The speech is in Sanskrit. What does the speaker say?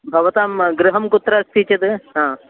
भवतां गृहं कुत्र अस्ति चेद् हा